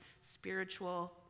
spiritual